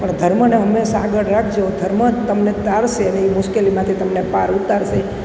પણ ધર્મને હંમેશા આગળ રાખજો ધર્મ જ તમને તારશે અને એ મુશ્કેલીમાંથી તમને પાર ઉતારશે